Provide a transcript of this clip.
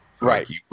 Right